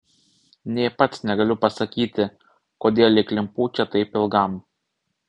nė pats negaliu pasakyti kodėl įklimpau čia taip ilgam